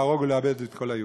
להרוג ולאבד את כל היהודים.